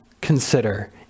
consider